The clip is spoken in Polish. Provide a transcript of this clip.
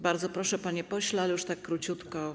Bardzo proszę, panie pośle, ale już tak króciutko.